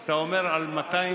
אתה אומר 298%,